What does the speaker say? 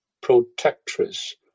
protectress